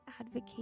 advocate